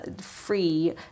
free